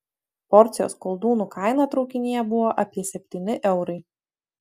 porcijos koldūnų kaina traukinyje buvo apie septyni eurai